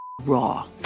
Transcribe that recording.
raw